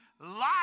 life